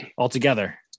Altogether